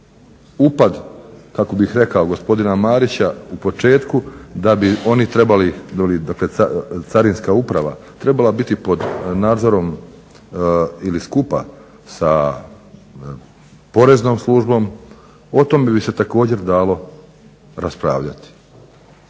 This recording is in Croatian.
upad kako bih rekao gospodina Marića u početku da bi oni trebali, dakle Carinska uprava trebala biti pod nadzorom ili skupa sa poreznom službom o tom bi se također dalo raspravljati.